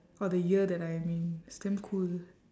or the year that I am in it's damn cool